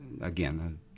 again